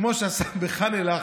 כמו שעשה בח'אן אל-אחמר?